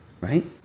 right